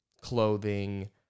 clothing